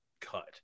cut